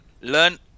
learn